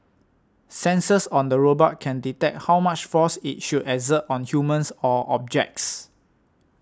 sensors on the robot can detect how much force it should exert on humans or objects